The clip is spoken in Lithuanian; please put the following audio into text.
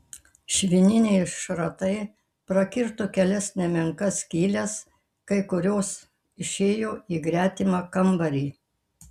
švininiai šratai prakirto kelias nemenkas skyles kai kurios išėjo į gretimą kambarį